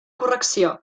correcció